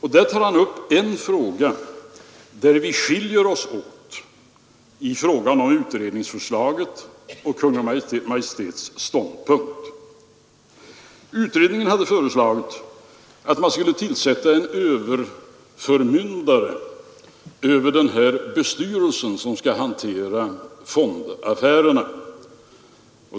Här tar han upp en fråga i vilken Kungl. Maj:ts förslag skiljer sig från utredningsförslaget. Utredningen hade föreslagit att man skulle tillsätta en ”överförmyndare” över den här bestyrelsen som skall hantera fondaffärerna.